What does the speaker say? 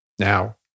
Now